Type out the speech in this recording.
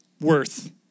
worth